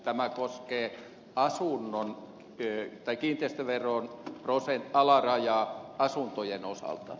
tämä koskee kiinteistöveron alarajaa asuntojen osalta